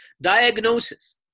Diagnosis